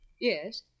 Yes